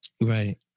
Right